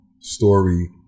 story